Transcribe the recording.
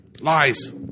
Lies